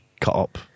cut-up